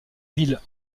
ville